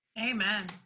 Amen